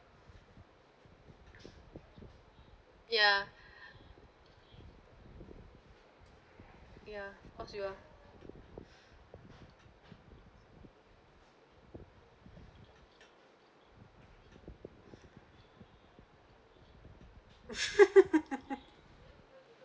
ya ya what's your